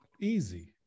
easy